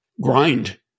grind